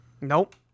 Nope